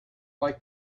like